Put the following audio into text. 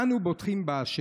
אנו בוטחים בה',